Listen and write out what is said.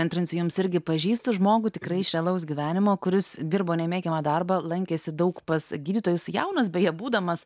antrins jiems irgi pažįstu žmogų tikrai realaus gyvenimo kuris dirbo nemėgiamą darbą lankėsi daug pas gydytojus jaunas beje būdamas